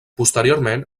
posteriorment